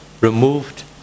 removed